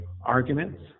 arguments